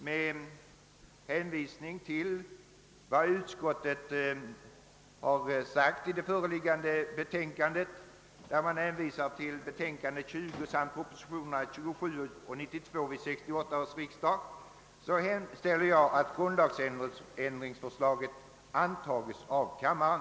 Med hänvisning till vad utskottet har sagt i det föreliggande memorialet, där utskottet hänvisar till betänkandet nr 20 och propositionerna nr 27 och 92 till 1968 års riksdag, hemställer jag om att grundlagsändringsförslaget antas av kammaren.